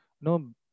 no